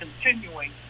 continuing